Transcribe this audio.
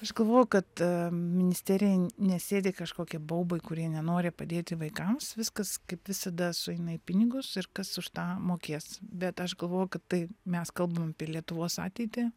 aš galvojau kad a ministerijoj nesėdi kažkokie baubai kurie nenori padėti vaikams viskas kaip visada sueina į pinigus ir kas už tą mokės bet aš galvoju kad tai mes kalbam apie lietuvos ateitį